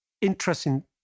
interesting